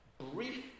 Brief